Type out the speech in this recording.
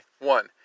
One